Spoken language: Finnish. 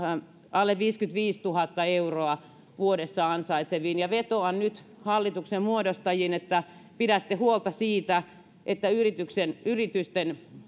alle viisikymmentäviisituhatta euroa vuodessa ansaitseviin vetoan nyt hallituksen muodostajiin että pidätte huolta siitä että yritysten